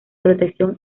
protección